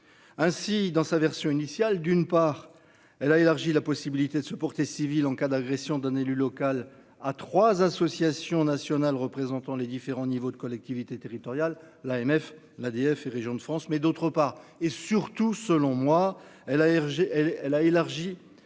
ainsi dans sa version initiale, d'une part, elle a élargi la possibilité de se porter civile en cas d'agression d'un élu local à 3 associations nationales représentant les différents niveaux de collectivités territoriales, l'AMF l'ADF et régions de France, mais d'autre part et surtout, selon moi L à RG, elle a élargi